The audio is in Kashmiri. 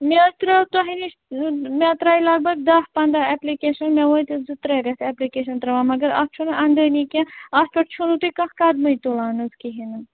مےٚ حظ ترٛٲو تۄہہِ نِش مےٚ ترٛاے لگ بگ داہ پنٛداہ ایپلِکیٚشَن مےٚ وٲتۍ اَز زٕ ترٛےٚ رٮ۪تھ ایپلِکیٚشَن ترٛاوان مگر اَتھ چھُنہٕ انٛدٲنی کیٚنٛہہ اَتھ پٮ۪ٹھ چھُو نہٕ تُہۍ کانٛہہ قدمٕے تُلان حظ کِہیٖنۍ نہٕ